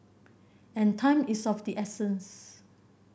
and time is of the essence